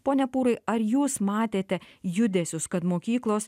pone pūrai ar jūs matėte judesius kad mokyklos